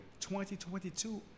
2022